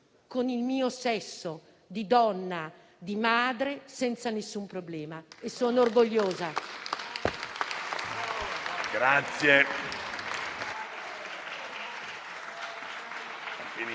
con il mio sesso di donna, di madre, senza nessun problema e ne sono orgogliosa.